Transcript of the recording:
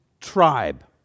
tribe